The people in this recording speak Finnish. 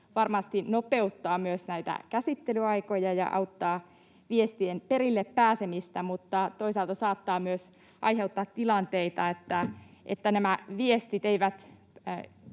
varmasti nopeuttaa myös näitä käsittelyaikoja ja auttaa viestien perille pääsemistä mutta toisaalta saattaa myös aiheuttaa tilanteita, että nämä viestit eivät